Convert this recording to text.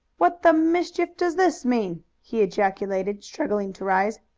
what the mischief does this mean? he ejaculated, struggling to rise.